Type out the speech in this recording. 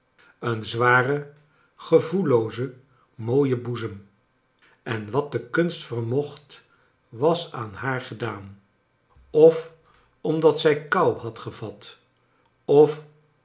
een zwaren gevoelloozen mooien boezem en wat de kunst vermocht was aan haar gedaan of omdat zij kou had gevat of